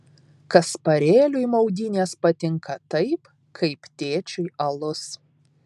kasparėliui maudynės patinka taip kaip tėčiui alus